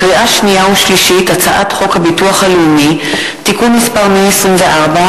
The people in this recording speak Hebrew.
לקריאה שנייה ולקריאה שלישית: הצעת חוק הביטוח הלאומי (תיקון מס' 124),